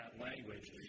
language